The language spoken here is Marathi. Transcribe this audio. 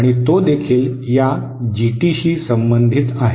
आणि तो देखील या जीटीशी संबंधित आहे